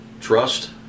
Trust